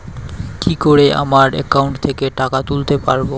কি করে আমার একাউন্ট থেকে টাকা তুলতে পারব?